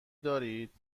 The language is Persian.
دارید